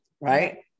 right